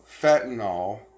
fentanyl